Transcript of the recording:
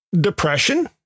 depression